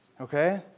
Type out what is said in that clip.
Okay